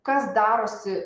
kas darosi